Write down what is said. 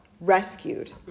rescued